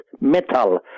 metal